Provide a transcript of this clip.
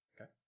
okay